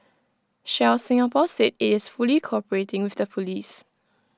Shell Singapore said IT is fully cooperating with the Police